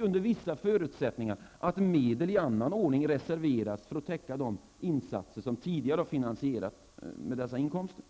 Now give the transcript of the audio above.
under vissa förutsättningar, nämligen att medel i annan ordning reserveras för att täcka de insatser som tidigare har finanserats med dessa avgifter.